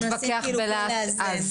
נתווכח אז.